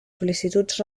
sol·licituds